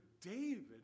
David